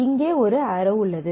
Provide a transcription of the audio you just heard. இங்கே ஒரு ஆரோ உள்ளது